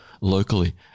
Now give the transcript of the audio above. locally